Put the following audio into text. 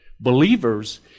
believers